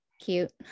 cute